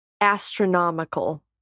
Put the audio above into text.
Astronomical